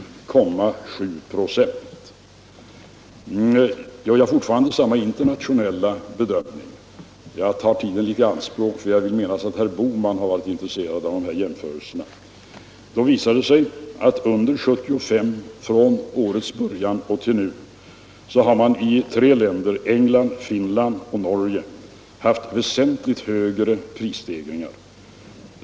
Jag tar tiden något i anspråk och fortsätter min internationella jämförelse, eftersom jag vill minnas att herr Bohman varit intresserad av sådana jämförelser. Under samma = Nr 12 tid har tre länder — England, Finland och Norge — haft väsentligt högre prisstegringar.